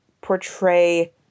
portray